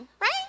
right